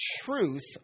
truth